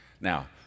Now